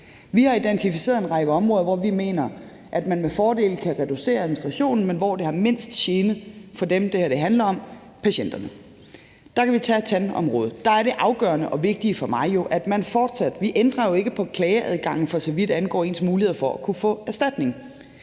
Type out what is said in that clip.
Vi har identificeret en række områder, hvor vi mener at man med fordel kan reducere administrationen, men hvor det er til mindst gene for dem, det her handler om: patienterne. Der kan vi tage tandområdet. Der er det afgørende og vigtige for mig jo, at man fortsat kan få erstatning som patient, hvis der f.eks. er en tandlæge,